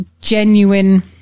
genuine